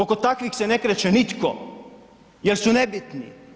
Oko takvih se ne kreće nitko jer su nebitni.